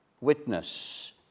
witness